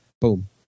boom